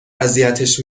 اذیتش